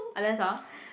ah that's all